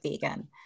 vegan